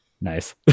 nice